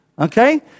Okay